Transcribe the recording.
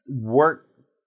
work